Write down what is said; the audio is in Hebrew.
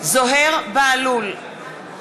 זוהיר בהלול, בעד נאוה